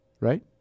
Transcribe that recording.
right